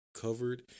covered